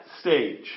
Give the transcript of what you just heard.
stage